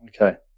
Okay